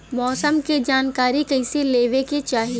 मौसम के जानकारी कईसे लेवे के चाही?